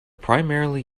primarily